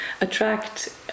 attract